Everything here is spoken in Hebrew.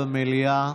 שקט במליאה.